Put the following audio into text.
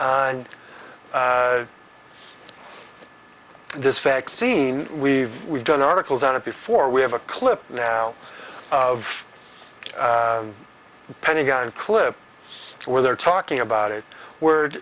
and this vaccine we've we've done articles on it before we have a clip now of the pentagon clip where they're talking about it w